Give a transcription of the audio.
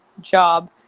job